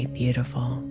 beautiful